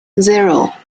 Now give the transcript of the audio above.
zero